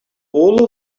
all